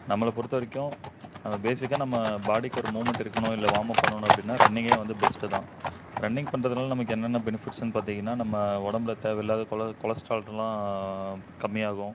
நம்மளை பொறுத்த வரைக்கும் நம்ம பேஸிக்காக நம்ம பாடிக்கு ஒரு மூவ்மெண்ட் இருக்கணும் இல்லை வார்ம்அப் பண்ணணும் அப்படின்னா ரன்னிங்கே வந்து பெஸ்ட்டு தான் ரன்னிங் பண்ணுறதனால நமக்கு என்னென்ன பெனிஃபிட்ஸுன்னு பார்த்தீங்கன்னா நம்ம உடம்புல தேவயில்லாத கொல கொலஸ்ட்ரால்டுலாம் கம்மியாகும்